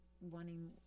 wanting